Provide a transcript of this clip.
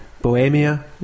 Bohemia